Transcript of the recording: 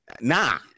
nah